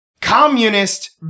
communist